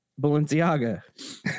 Balenciaga